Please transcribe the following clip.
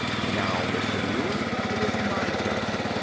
now, mr. mule, it is my turn,